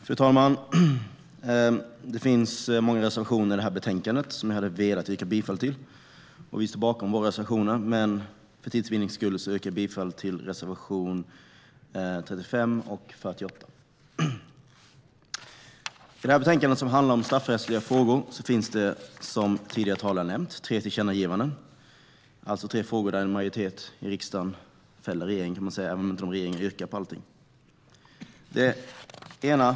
Fru talman! Det finns många reservationer i det här betänkandet som jag hade velat yrka bifall till. Vi står bakom alla våra reservationer, men för tids vinnande yrkar jag bifall bara till reservationerna 35 och 48. I det här betänkandet, som handlar om straffrättsliga frågor, finns det, som tidigare talare nämnt, tre tillkännagivanden. Det är alltså tre frågor där en majoritet i riksdagen fäller regeringen, även om jag inte vet om regeringspartierna yrkar bifall till alla sina förslag på dessa punkter.